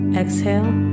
exhale